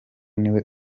niwe